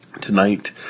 Tonight